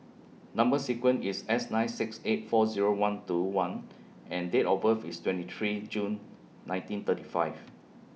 Number sequence IS S nine six eight four Zero one two one and Date of birth IS twenty three June nineteen thirty five